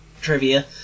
trivia